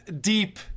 deep